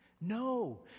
No